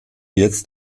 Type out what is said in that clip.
jetzt